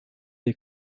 des